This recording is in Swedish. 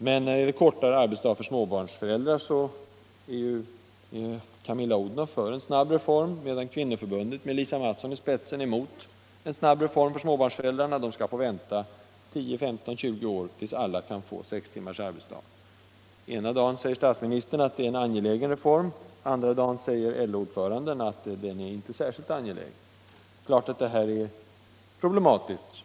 Men när det gäller kortare arbetsdag för småbarnsföräldrar är Camilla Odhnoff för en snabb reform, medan kvinnöförbundet med Lisa Mattson i spetsen är emot en snabb reform för småbarnsföräldrarna — de skall få vänta 10, 15 eller 20 år, till dess att alla kan få sex timmars arbetsdag. Ena dagen säger statsministern att detta är en angelägen reform. Andra dagen säger LO-ordföranden att det inte är särskilt angeläget. Det är problematiskt.